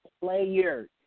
players